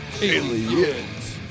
Aliens